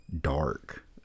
dark